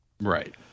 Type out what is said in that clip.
Right